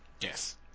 Yes